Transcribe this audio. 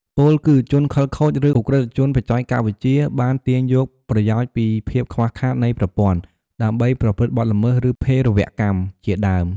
ពោលគឺ ជនខិលខូច ឬ ឧក្រិដ្ឋជនបច្ចេកវិទ្យា បាន ទាញយកប្រយោជន៍ពីភាពខ្វះខាត នៃប្រព័ន្ធ ដើម្បី ប្រព្រឹត្តបទល្មើស ឬ ភេរវកម្ម ជាដើម។